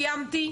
סיימתי,